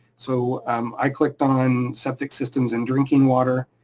so i clicked on septic systems and drinking water.